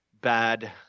bad